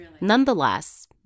Nonetheless